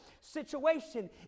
situation